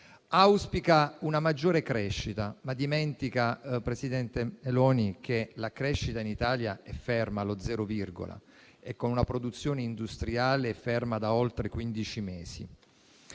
auspica una maggiore crescita, ma dimentica, presidente Meloni, che la crescita in Italia è ferma allo zero virgola, con una produzione industriale ferma da oltre quindici